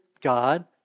God